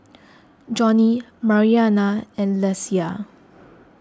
Johny Mariana and Lesia